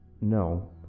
No